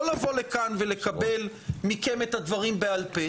לא לבוא לכאן ולקבל מכם את הדברים בעל פה.